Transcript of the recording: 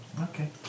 Okay